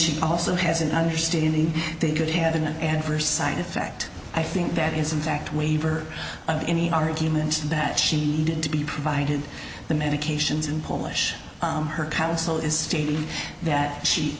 she also has an understanding that could have an adverse side effect i think that is in fact waiver of any argument that she needed to be provided the medications in polish her counsel is stating that she